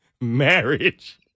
marriage